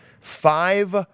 five